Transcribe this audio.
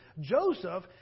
Joseph